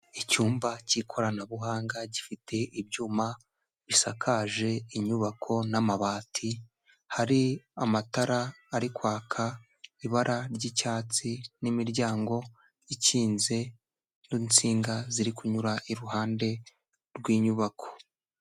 Icyumba cy'ikoranabuhanga gifite ibyuma bisakaje inyubako n'amabati, hari amatara ari kwaka ibara ry'icyatsi n'imiryango ikinze, n'insinga ziri kunyura iruhande rw'inyubako.